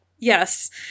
Yes